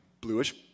bluish